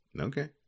Okay